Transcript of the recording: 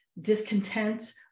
discontent